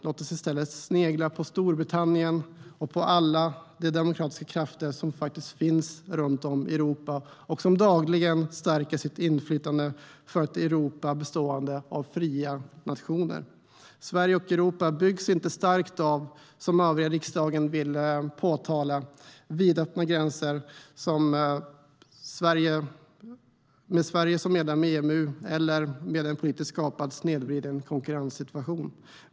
Låt oss i stället snegla på Storbritannien och alla de demokratiska krafter runt om i Europa som dagligen stärker sitt inflytande och verkar för ett Europa bestående av fria nationer! Sverige och Europa byggs inte starkt av vidöppna gränser, som övriga riksdagen hävdar, med Sverige som medlem i EMU eller med en politiskt skapad snedvriden konkurrenssituation.